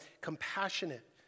compassionate